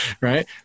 right